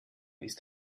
ist